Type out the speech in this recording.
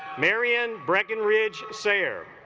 marian breckenridge sayer